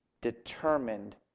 determined